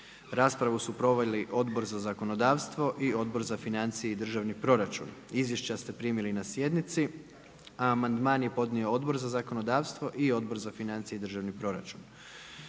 Raspravu su proveli Odbor za zakonodavstvo i Odbor za financije i državni proračun. Izvješća ste primili na sjednici, a amandman je podnio Odbor za zakonodavstvo i Odbor za financije i državni proračun.